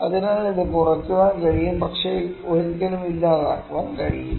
അതിനാൽ ഇത് കുറയ്ക്കാൻ കഴിയും പക്ഷേ ഒരിക്കലും ഇല്ലാതാക്കാൻ കഴിയില്ല